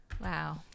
Wow